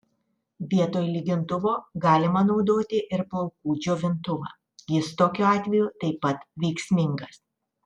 vietoj lygintuvo galima naudoti ir plaukų džiovintuvą jis tokiu atveju taip pat veiksmingas